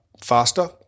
faster